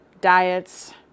diets